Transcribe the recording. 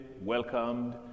welcomed